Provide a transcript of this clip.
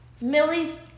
Millie's